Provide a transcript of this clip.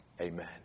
Amen